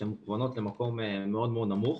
שהן מכוונות למקום מאוד-מאוד נמוך.